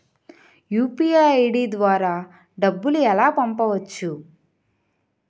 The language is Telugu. యు.పి.ఐ ఐ.డి ద్వారా డబ్బులు ఎలా పంపవచ్చు?